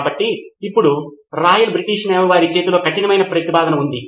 కాబట్టి ఇప్పుడు royal British navy వారి చేతిలో కఠినమైన ప్రతిపాదన ఉంది